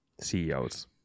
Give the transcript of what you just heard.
CEOs